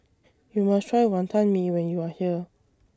YOU must Try Wantan Mee when YOU Are here